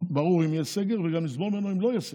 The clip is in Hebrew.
אם יהיה סגר, ונסבול ממנו גם אם לא יהיה סגר.